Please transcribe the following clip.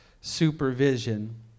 supervision